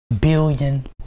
billion